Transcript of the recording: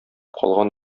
калган